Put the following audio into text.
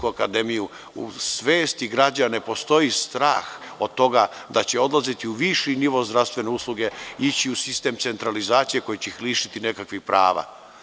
U svesti građana ne postoji strah od toga da će odlazeći u viši nivo zdravstvene usluge ići u sistem centralizacije koji će ih lišiti nekakvih prava.